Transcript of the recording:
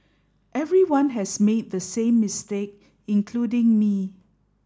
everyone has made the same mistake including me